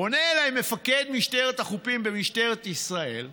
פונה אליי מפקד משטרת החופים במשטרת ישראל ואומר: